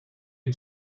can